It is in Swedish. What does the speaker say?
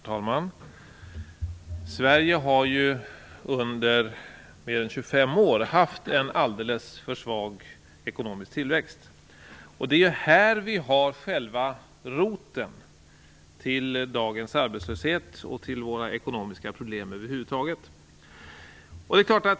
Herr talman! Sverige har under mer än 25 år haft en alldeles för svag ekonomisk tillväxt. Här har vi roten till dagens arbetslöshet och till våra ekonomiska problem över huvud taget.